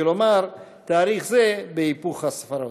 כלומר תאריך זה בהיפוך הספרות.